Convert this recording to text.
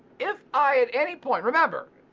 if i at any point, remember,